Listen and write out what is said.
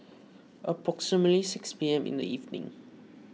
approximately six P M in the evening